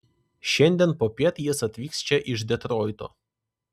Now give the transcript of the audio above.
šiandien popiet jis atvyks čia iš detroito